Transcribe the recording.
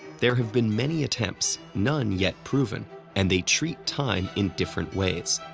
there have been many attempts none yet proven and they treat time in different ways.